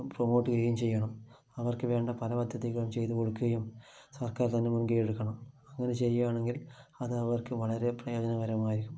promote ചെയ്യുകയും ചെയ്യണം അവർക്കു വേണ്ട പല പദ്ധതികളും ചെയ്തു കൊടുക്കുകയും സർക്കാർ തന്നെ മുൻകൈ എടുക്കണം അങ്ങനെ ചെയ്യണമെങ്കിൽ അത് അവർക്ക് വളരെ പ്രയോജനകരമായിരിക്കും